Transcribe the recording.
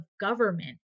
government